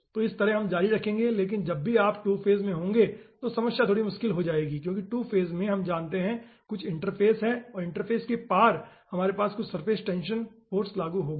तो इस तरह हम जारी रखेंगे लेकिन जब भी आप 2 फेज में होंगे तो समस्या थोड़ी मुश्किल हो जाएगी क्योंकि 2 फेज में हम जानते हैं कि कुछ इंटरफ़ेस है और इंटरफ़ेस के पार हमारे पास कुछ सरफेस टेंशन फाॅर्स लागू होगा